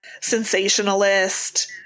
sensationalist